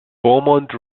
beaumont